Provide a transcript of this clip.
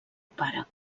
pare